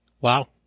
Wow